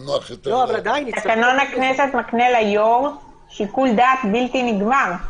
תקנון הכנסת מתנה ליו"ר שיקול דעת בלתי נגמר.